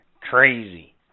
Crazy